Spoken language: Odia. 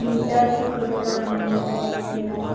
ମିଟର୍ କେ କୋଡ଼ିଏ ଟଙ୍କା ଲେମ୍ବୁ ବୋଲଥିଲା